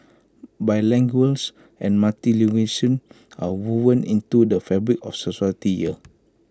and are woven into the fabric of society here